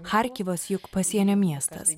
charkivas juk pasienio miestas